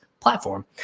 platform